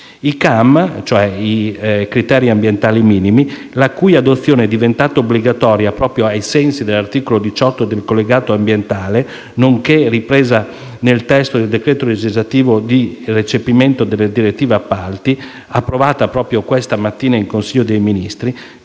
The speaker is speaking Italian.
I CAM, cioè i criteri ambientali minimi, la cui adozione è diventata obbligatoria proprio ai sensi dell'articolo 18 del collegato ambientale, nonché ripresa nel testo di decreto legislativo di recepimento della direttiva appalti approvata proprio questa mattina in Consiglio dei ministri,